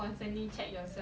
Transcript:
mm